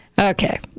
Okay